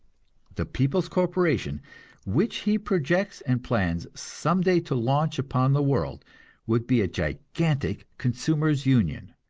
the people's corporation which he projects and plans some day to launch upon the world would be a gigantic consumers' union,